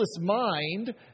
mind